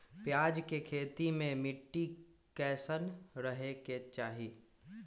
प्याज के खेती मे मिट्टी कैसन रहे के चाही?